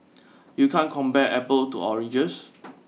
you can't compare apples to oranges